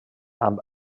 amb